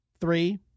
three